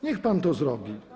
Niech pan to zrobi.